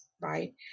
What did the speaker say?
right